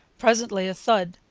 presently a thud,